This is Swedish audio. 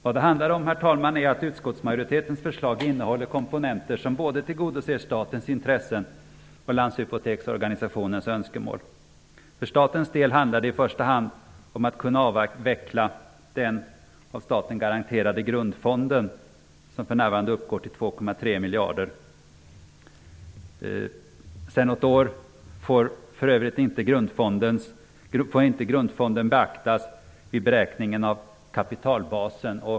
Vad det handlar om, herr talman, är att utskottsmajoritetens förslag innehåller komponenter som tillgodoser både statens intressen och landshypoteksorganisationens önskemål. För statens del handlar det i första hand om att kunna avveckla den av staten garanterade grundfonden, som för närvarande uppgår till 2,3 miljarder. Sedan något år tillbaka får inte grundfonden beaktas vid beräkningen av kapitalbasen.